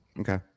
Okay